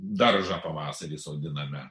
daržą pavasarį sodiname